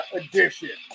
edition